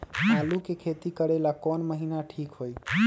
आलू के खेती करेला कौन महीना ठीक होई?